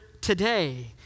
today